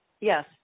Yes